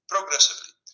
progressively